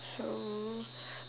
so